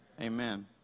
Amen